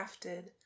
crafted